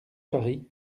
paris